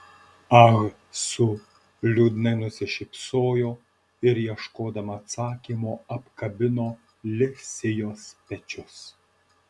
ah su liūdnai nusišypsojo ir ieškodama atsakymo apkabino li sijos pečius